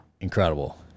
Incredible